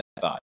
thought